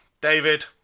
David